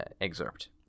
excerpt